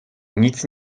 nic